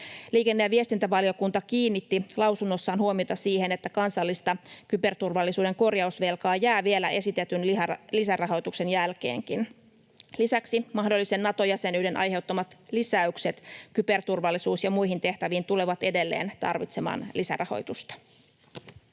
Liikenne‑ ja viestintävaliokunta kiinnitti lausunnossaan huomiota siihen, että kansallista kyberturvallisuuden korjausvelkaa jää vielä esitetyn lisärahoituksen jälkeenkin. Lisäksi mahdollisen Nato-jäsenyyden aiheuttamat lisäykset kyberturvallisuus‑ ja muihin tehtäviin tulevat edelleen tarvitsemaan lisärahoitusta.